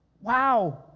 wow